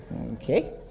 Okay